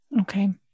Okay